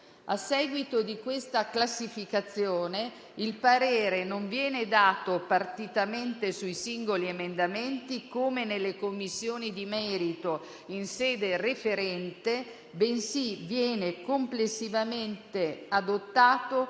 A seguito di questa classificazione, il parere non viene dato partitamente sui singoli emendamenti, come nelle Commissioni di merito in sede referente, bensì viene complessivamente adottato